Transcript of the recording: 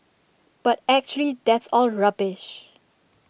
but actually that's all rubbish